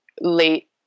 late